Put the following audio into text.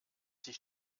dich